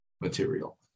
material